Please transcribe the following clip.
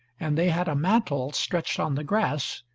and they had a mantle stretched on the grass,